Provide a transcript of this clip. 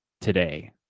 today